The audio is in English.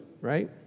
right